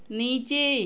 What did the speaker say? नीचे